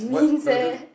what no I just